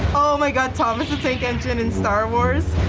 oh my god, thomas the tank engine and star wars?